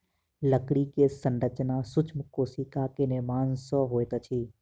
लकड़ी के संरचना सूक्ष्म कोशिका के निर्माण सॅ होइत अछि